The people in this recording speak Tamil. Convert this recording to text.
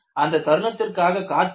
அந்த தருணத்திற்காக காத்திருங்கள்